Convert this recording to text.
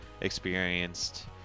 experienced